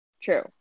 True